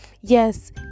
Yes